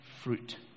fruit